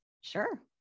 Sure